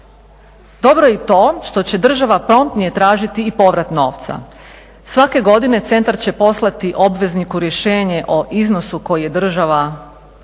Dobro je i to što će država promptnije tražiti i povrat novca. Svake godine centar će poslati obvezniku rješenje o iznosu koji je država